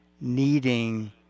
needing